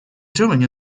doing